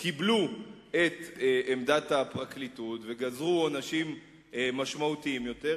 קיבלו את עמדת הפרקליטות וגזרו עונשים משמעותיים יותר,